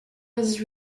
was